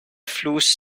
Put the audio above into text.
fluss